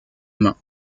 mains